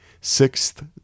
Sixth